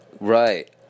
right